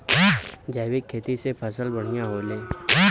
जैविक खेती से फसल बढ़िया होले